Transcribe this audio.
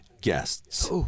guests